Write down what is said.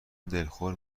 دلخور